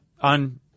On